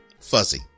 fuzzy